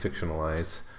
fictionalize